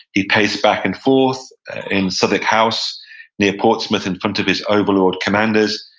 he paced back and forth in southwick house near portsmouth, in front of his overlord commanders.